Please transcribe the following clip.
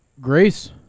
Grace